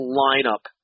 lineup